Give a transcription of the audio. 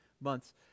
months